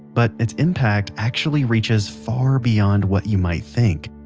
but it's impact actually reaches far beyond what you might think.